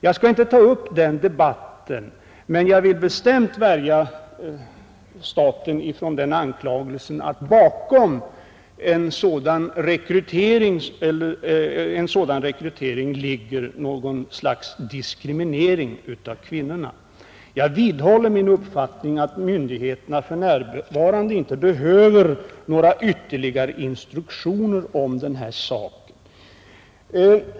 Jag skall inte ta upp en debatt om detta men jag vill bestämt värja staten från anklagelsen att bakom en sådan rekrytering skulle ligga något slags diskriminering av kvinnorna. Jag vidhåller min uppfattning att myndigheterna för närvarande inte behöver några ytterligare instruktioner om den här saken.